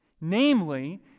Namely